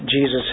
Jesus